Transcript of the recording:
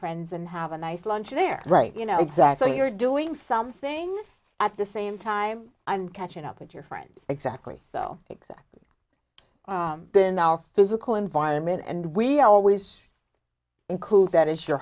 friends and have a nice lunch there right you know exactly what you're doing something at the same time i'm catching up with your friends exactly so exact been our physical environment and we always include that as your